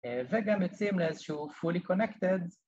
וגם יוצאים לאיזשהו fully connected